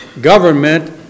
government